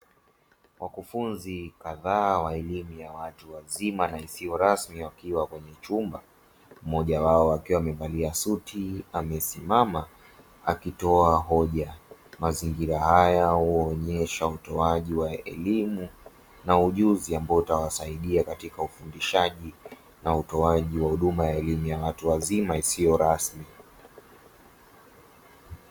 Wakufunzi kadhaa wa elimu ya watu wazima na isiyo rasmi wakiwa kwenye chumba, mmoja wao akiwa amevalia suti amesimama akitoa hoja. Mazingira haya huwaonyesha utoaji wa elimu na ujuzi ambao utawasaidia katika ufundishaji na utoaji wa huduma ya elimu ya watu wazima isiyo rasmi.